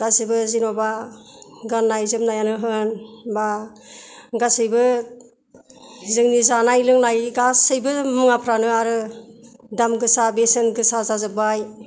गासिबो जेन'बा गाननाय जोमनायानो होन बा गासैबो जोंनि जानाय लोंनाय गासैबो मुवाफ्रानो आरो दाम गोसा बेसेन गोसा जाजोब्बाय